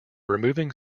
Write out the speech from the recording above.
removing